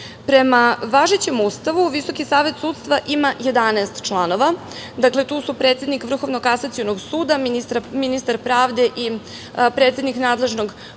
važećem Ustavu, Visoki savet sudstva ima 11 članova. Dakle, tu su predsednik Vrhovnog kasacionog suda, ministar pravde i predsednik nadležnog